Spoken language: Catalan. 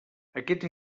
aquests